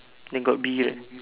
then got bee right